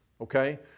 Okay